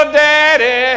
daddy